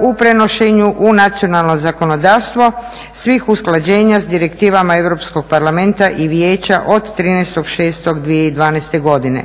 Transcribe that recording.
u prenošenju u nacionalno zakonodavstvo svih usklađenja s direktivama Europskog parlamenta i Vijeća od 13.6.2012. godine.